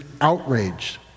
outraged